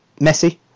Messi